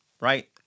right